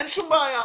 אין שום בעיה.